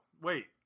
wait